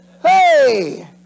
Hey